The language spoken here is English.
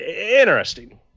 interesting